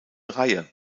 reihe